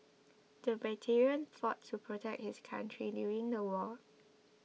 the veteran fought to protect his country during the war